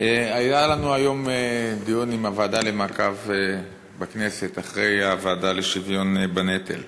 היה לנו היום דיון עם הוועדה למעקב בכנסת אחר הוועדה לשוויון בנטל.